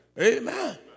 Amen